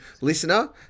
listener